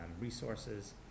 resources